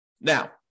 Now